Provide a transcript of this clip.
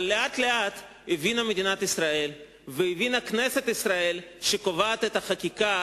אבל לאט לאט הבינה מדינת ישראל והבינה כנסת ישראל שקובעת את החקיקה,